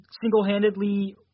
single-handedly